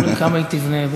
תלוי כמה היא תבנה,